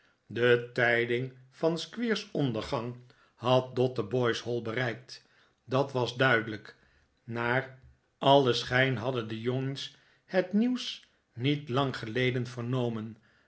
de tijding van squeers ondergang had dotheboys hall bereikt dat was duidelijk naar alien schijn hadden de jongens het nieuws niet lang geleden vernomen